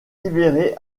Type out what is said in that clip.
libéré